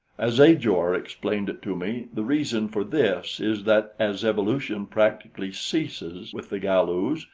as ajor explained it to me, the reason for this is that as evolution practically ceases with the galus,